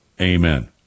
Amen